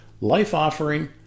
life-offering